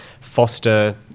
foster